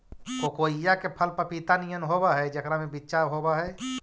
कोकोइआ के फल पपीता नियन होब हई जेकरा में बिच्चा होब हई